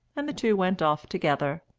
and the two went off together.